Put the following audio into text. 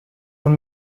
und